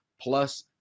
plus